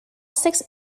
six